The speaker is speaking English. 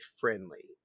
friendly